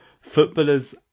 footballers